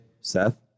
Seth